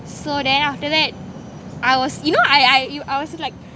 so then after that I was you know I I you I was like